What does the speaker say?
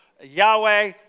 Yahweh